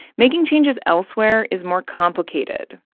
making changes elsewhere is more complicated.